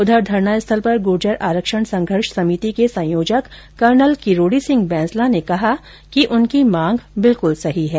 उधर धरनास्थल पर गुर्जर आरक्षण संघर्ष समिति के संयोजक कर्नल किरोड़ी सिंह बैंसला ने कहा कि उनकी मांग बिलकूल सही है